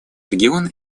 регион